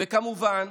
וכמובן,